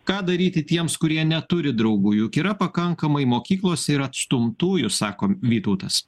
ką daryti tiems kurie neturi draugų juk yra pakankamai mokyklos ir atstumtųjų sako vytautas